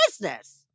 business